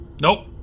Nope